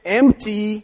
empty